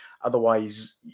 Otherwise